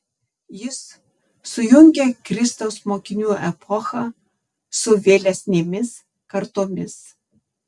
jis sujungė kristaus mokinių epochą su vėlesnėmis kartomis